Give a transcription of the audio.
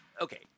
Okay